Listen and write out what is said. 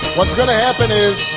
what's going to happen is,